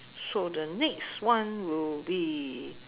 so the next one will be